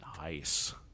nice